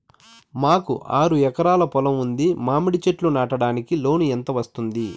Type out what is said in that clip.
మాకు ఆరు ఎకరాలు పొలం ఉంది, మామిడి చెట్లు నాటడానికి లోను ఎంత వస్తుంది?